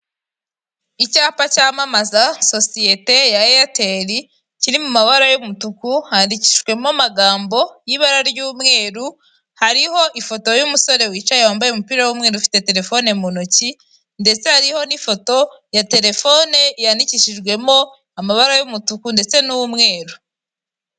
Icyapa cyamamaza sosiyete ya eyateri kiri mu mabara y'umutuku handikishijwemo amagambo y'ibara ry'umweru, hariho ifoto y'umusore wicaye, wambaye umupira w'umweru ufite telefone mu ntoki ndetse hariho n'ifoto ya telefone yandikishijwemo amabara y'umutuku ndetse n'umweru.